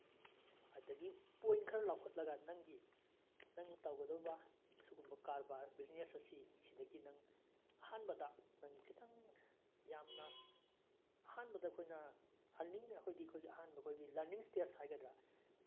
ꯑꯗꯒꯤ ꯄꯣꯏꯟ ꯈꯔ ꯂꯧꯈꯠꯂꯒ ꯅꯪꯒꯤ ꯅꯪꯅ ꯇꯧꯒꯗꯣꯏꯕ ꯑꯁꯨꯒꯨꯝꯕ ꯀꯔꯕꯥꯔ ꯕꯤꯖꯤꯅꯦꯁ ꯑꯁꯤ ꯁꯤꯗꯒꯤ ꯅꯪ ꯑꯍꯥꯟꯕꯗ ꯅꯪ ꯈꯤꯇꯪ ꯌꯥꯝꯅ ꯑꯍꯥꯟꯕꯗ ꯑꯩꯈꯣꯏꯅ ꯑꯔꯅꯤꯡ ꯑꯩꯈꯣꯏꯗꯤ ꯑꯍꯥꯟꯕ ꯑꯩꯈꯣꯏꯒꯤ ꯂꯔꯅꯤꯡ ꯏꯁꯇꯦꯖ ꯍꯥꯏꯒꯗ꯭ꯔꯥ